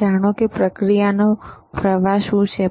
જાણશો કે પ્રક્રિયાનો પ્રવાહ શું છે